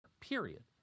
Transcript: period